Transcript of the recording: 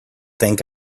think